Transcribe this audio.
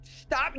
stop